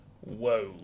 Whoa